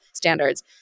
standards